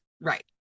Right